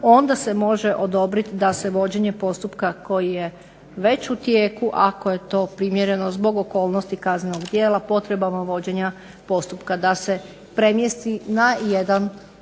onda se može odobriti da se vođenje postupka koji je već u tijeku, ako je to primjereno zbog okolnosti kaznenog djela, potrebama vođenja postupka da se premjesti na jedan od